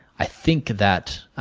i think that